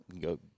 go